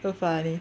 so funny